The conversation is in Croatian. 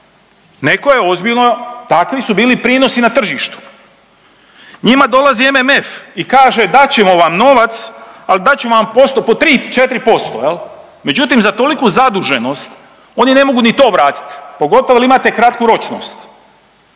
Neko je ozbiljno takvi su bili prinosi na tržištu. Njima dolazi MMF i kaže dat ćemo vam novac, al dat ćemo vam po 3, 4%, međutim za toliku zaduženost oni ne mogu ni to vratit, pogotovo jer imate kratku ročnost.